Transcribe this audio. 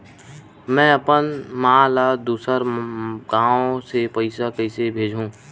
में अपन मा ला दुसर गांव से पईसा कइसे भेजहु?